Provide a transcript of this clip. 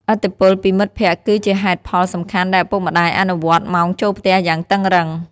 ឥទ្ធិពលពីមិត្តភក្តិគឺជាហេតុផលសំខាន់ដែលឪពុកម្តាយអនុវត្តម៉ោងចូលផ្ទះយ៉ាងតឹងរឹង។